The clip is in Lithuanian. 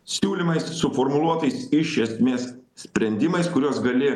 siūlymais suformuluotais iš esmės sprendimais kurios gali